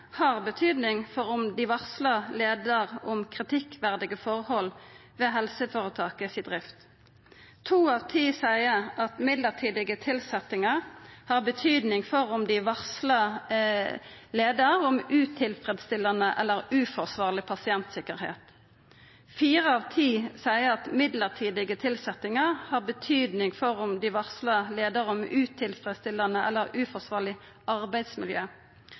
har betyding for om dei varslar leiaren om kritikkverdige forhold ved drifta av helseføretaket. To av ti seier at midlertidige tilsetjingar har betyding for om dei varslar leiaren om utilfredsstillande eller uforsvarleg pasientsikkerheit. Fire av ti seier at midlertidige tilsetjingar har betyding for om dei varslar leiaren om utilfredsstillande eller uforsvarleg arbeidsmiljø.